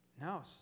No